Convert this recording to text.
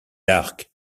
arcs